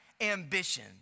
Ambition